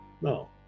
no